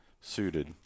suited